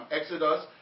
Exodus